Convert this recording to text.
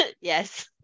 Yes